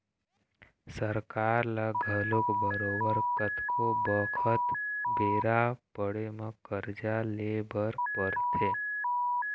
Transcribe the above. सरकार ल घलोक बरोबर कतको बखत बेरा पड़े म करजा ले बर परथे